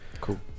Cool